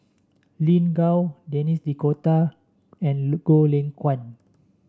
Lin Gao Denis D'Cotta and Goh Lay Kuan